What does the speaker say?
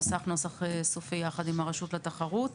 נוסח נוסח סופי יחד עם רשות התחרות.